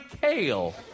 kale